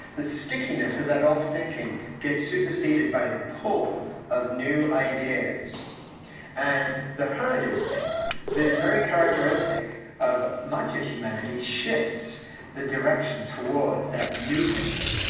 the stickiness of that old thinking gets superseded by the pull of new ideas and the herd instinct which is very characteristic of much of humanity shifts the direction towards that new thinking.